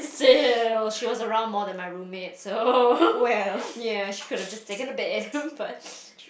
so~ she was around more than my roommate so ya she could have just taken the bed but